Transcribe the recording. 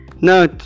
now